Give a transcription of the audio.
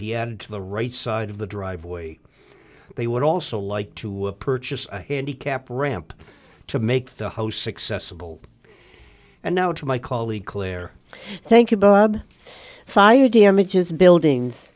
be added to the right side of the driveway they would also like to purchase a handicapped ramp to make the house successful and now to my colleague clear thank you bob fire damages buildings